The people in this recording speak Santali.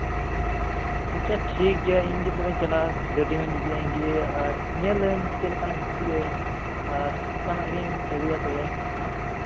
ᱟᱪᱪᱷᱟ ᱴᱷᱤᱠᱜᱮᱭᱟ ᱤᱧ ᱜᱮ ᱛᱚᱵᱮᱧ ᱪᱟᱞᱟᱜᱼᱟ ᱜᱟᱹᱰᱤ ᱦᱚᱧ ᱤᱫᱤᱭᱟ ᱤᱧ ᱜᱮ ᱟᱨ ᱧᱮᱞᱟᱹᱧ ᱪᱮᱫᱞᱮᱠᱟᱱᱟᱜᱼᱤᱧ ᱠᱩᱥᱤᱭᱟᱜᱼᱟᱹᱧ ᱟᱨ ᱚᱝᱠᱟᱱᱟᱜ ᱜᱤᱧ ᱟᱹᱜᱩᱭᱟ ᱛᱚᱵᱮ